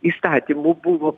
įstatymų buvo